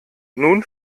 nun